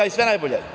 Sve najbolje.